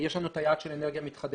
יש לנו את היעד של אנרגיה מתחדשת.